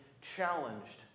challenged